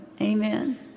Amen